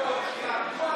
להתנגד.